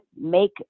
make